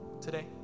today